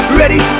ready